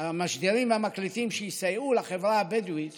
המשדרים והמקלטים שיסייעו לחברה הבדואית